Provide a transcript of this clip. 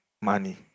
money